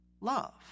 love